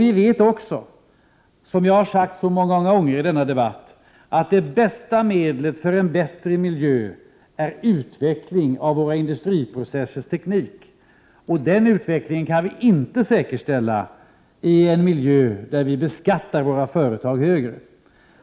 Vi vet också, som jag har sagt så många gånger i denna debatt, att det bästa medlet för en bättre miljö är utveckling av våra industriprocessers teknik, och den utvecklingen kan vi inte säkerställa i en miljö där vi beskattar våra företag högre.